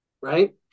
right